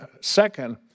second